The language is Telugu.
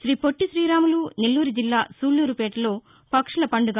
శ్రీ పొట్టి శ్రీరాములు నెల్లూరుజిల్లా సూళ్ళురుపేటలో పక్షుల పర్యాటక పండుగ